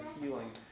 healing